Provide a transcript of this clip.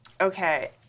Okay